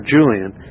Julian